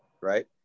right